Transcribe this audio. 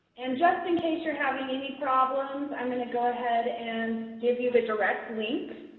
and just in case you're having any problems, i'm going to go ahead and give you the direct link,